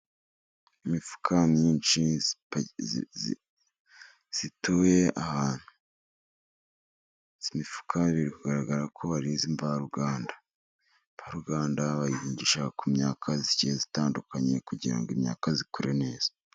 imifuka myinshi ituye ahantu. Iyi mifuka biragaragara ko ari iyi mvaruganda bahingisha ku myaka itandukanye kugira ngo imyaka ikure neza.